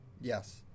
Yes